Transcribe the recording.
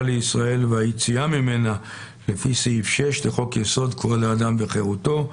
לישראל והיציאה ממנה לפי סעיף 6 לחוק יסוד: כבוד האדם וחירותו,